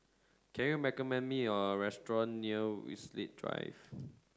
can you me a restaurant near Winstedt Drive